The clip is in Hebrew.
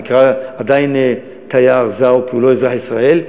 הוא נקרא עדיין תייר, זר, כי הוא לא אזרח ישראל.